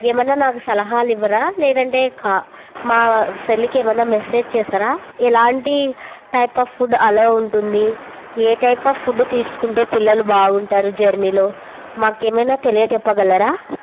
ఏమైనా నాకు సలహాలు ఇవ్వరా లేదంటే కా మా చెల్లికి ఏమైనా మెసేజ్ చేసారా ఎలాంటి టైప్ ఆఫ్ ఫుడ్ అలో ఉంటుంది ఏ టైప్ ఆఫ్ ఫుడ్ తీసుకుంటే పిల్లలు బాగుంటారు జర్నీలో మాకు ఏమైనా తెలియజెప్పగలరా